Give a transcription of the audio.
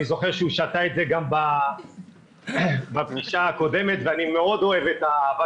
אני זוכר שהוא שתה את זה גם בפגישה הקודמת ואני מאוד אוהב את האהבה